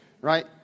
Right